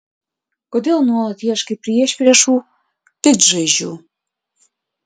kodėl nuolat ieškai priešpriešų piktžaizdžių